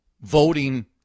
voting